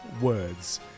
words